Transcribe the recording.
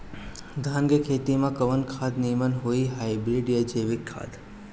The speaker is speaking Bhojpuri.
धान के खेती में कवन खाद नीमन होई हाइब्रिड या जैविक खाद?